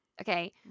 Okay